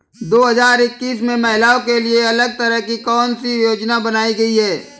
दो हजार इक्कीस में महिलाओं के लिए अलग तरह की कौन सी योजना बनाई गई है?